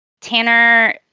Tanner